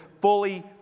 fully